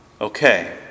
Okay